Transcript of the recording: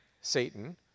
Satan